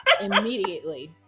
immediately